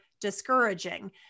discouraging